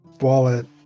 wallet